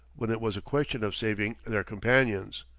when it was a question of saving their companions.